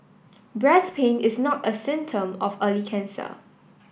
breast pain is not a symptom of early cancer